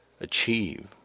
achieve